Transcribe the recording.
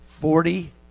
Forty